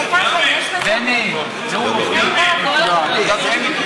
הנאום הטוב ביותר ששמעתי במליאה.